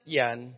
yan